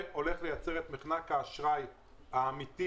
זה הולך לייצר את מחנק האשראי האמיתי